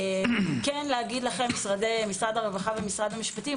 לומר לכם משרדי הרווחה והמשפטים,